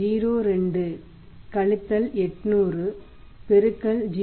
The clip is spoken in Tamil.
02 கழித்தல் 800 பெருக்கல் 0